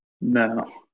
No